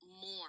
more